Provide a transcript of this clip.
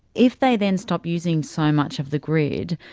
if they then stop using so much of the grid,